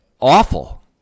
awful